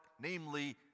namely